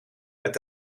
met